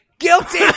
Guilty